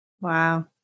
wow